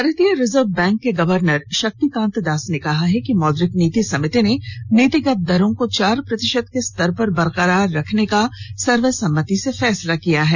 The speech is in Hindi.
भारतीय रिवर्ज बैंक के गर्वनर शक्तिकांत दास ने कहा है कि मौद्रिक नीति समिति ने नीतिगत दरों को चार प्रतिशत के स्तर पर बरकरार रखने का सर्वसम्मति से फैसला किया है